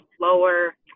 lower